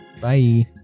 Bye